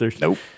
Nope